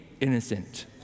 innocent